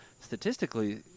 statistically